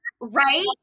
right